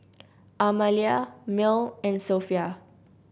Amalia Mearl and Sophia